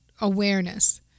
awareness